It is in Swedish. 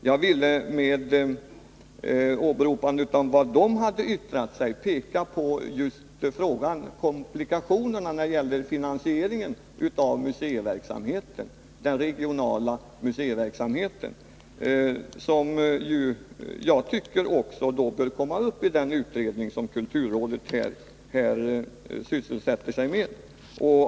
Jag ville med åberopandet av vad man hade yttrat peka på just komplikationerna när det gäller finansieringen av den regionala museiverksamheten, som jag tycker bör tas uppi kulturrådets utredning.